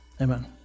Amen